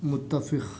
متفق